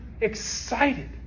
excited